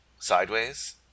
Sideways